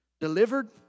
delivered